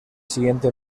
siguiente